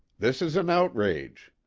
this is an outrage.